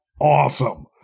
awesome